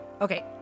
okay